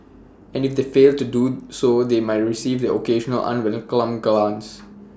and if they fail to do so they might receive the occasional unwelcome glance